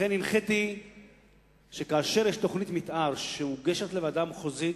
לכן הנחיתי שכאשר תוכנית מיתאר מוגשת לוועדה המחוזית,